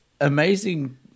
amazing